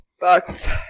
Bucks